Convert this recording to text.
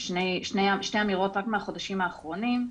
שתי אמירות רק מהחודשים האחרונים,